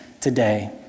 today